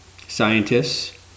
scientists